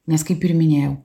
nes kaip ir minėjau